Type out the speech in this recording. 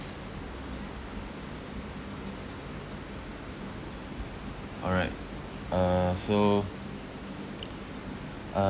alright uh so uh